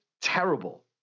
terrible